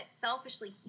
selfishly